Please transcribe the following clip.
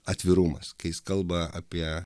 atvirumas kai jis kalba apie